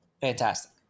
Fantastic